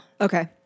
Okay